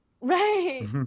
right